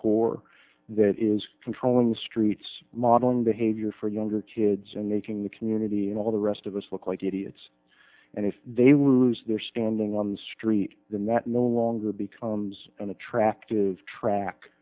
hardcore that is controlling the streets modern behavior for younger kids and making the community and all the rest of us look like idiots and if they will lose their standing on the street then that no longer becomes an attractive track